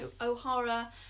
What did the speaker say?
O'Hara